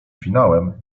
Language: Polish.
finałem